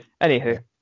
Anywho